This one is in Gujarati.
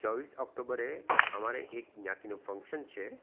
ચોવીસ ઓક્ટોબરે અમારે એક જ્ઞાતિનું ફંક્શન છે